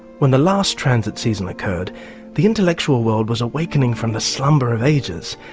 when the last transit season occurred the intellectual world was awakening from the slumber of ages,